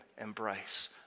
embrace